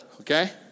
okay